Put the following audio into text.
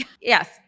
Yes